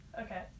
Okay